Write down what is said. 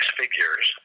figures